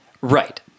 Right